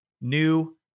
new